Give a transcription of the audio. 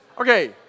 Okay